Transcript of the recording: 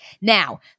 Now